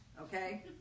okay